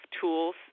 tools